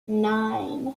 nine